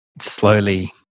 slowly